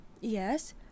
Yes